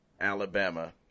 Alabama